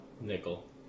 Nickel